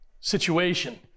situation